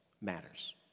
matters